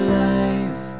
life